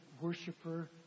worshiper